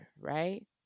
right